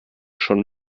schon